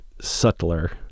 subtler